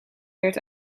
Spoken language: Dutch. werd